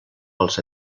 pels